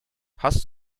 hast